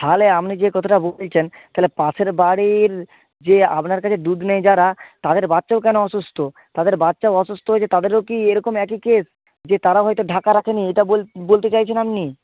তাহলে আপনি যে কথাটা বলছেন তাহলে পাশের বাড়ির যে আপনার কাছে দুধ নেয় যারা তাদের বাচ্চাও কেন অসুস্থ তাদের বাচ্চাও অসুস্থ হয়েছে তাদেরও কি এরকমই একই কেস যে তারা হয়তো ঢাকা রাখে নি এটা বলতে চাইছেন আপনি